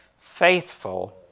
faithful